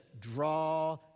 draw